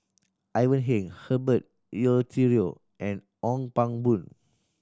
Ivan Heng Herbert Eleuterio and Ong Pang Boon